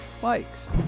bikes